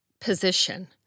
position